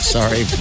Sorry